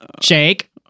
shake